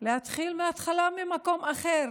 להתחיל מהתחלה ממקום אחר.